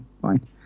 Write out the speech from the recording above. fine